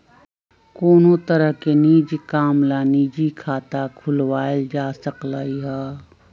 कोनो तरह के निज काम ला निजी खाता खुलवाएल जा सकलई ह